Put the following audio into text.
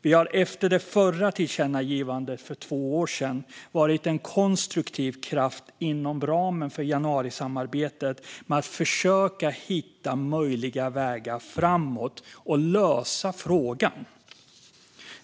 Vi har efter det förra tillkännagivandet för två år sedan varit en konstruktiv kraft inom ramen för januarisamarbetet när det gäller att hitta möjliga vägar framåt och lösa frågan.